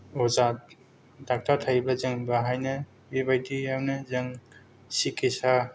अजा डक्टर थायोबा जों बेहायनो बेबायदियावनो जों सिकित्सा